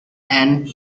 and